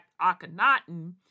Akhenaten